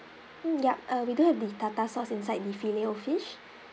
mm ya uh we do have the tartar sauce inside the filet O fish